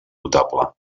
notable